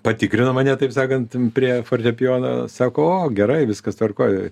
patikrino mane taip sakant prie fortepijono sako o gerai viskas tvarkoj